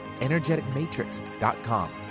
energeticmatrix.com